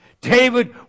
David